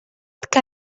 que